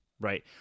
right